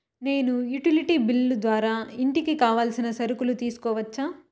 నేను utility bill ద్వారా ఇంటికి కావాల్సిన సరుకులు తీసుకోవచ్చా?